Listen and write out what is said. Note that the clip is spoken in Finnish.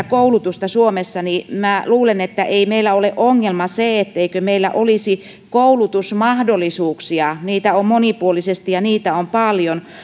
koulutusta suomessa niin minä luulen että ei meillä ole ongelma se etteikö meillä olisi koulutusmahdollisuuksia niitä on monipuolisesti ja niitä on paljon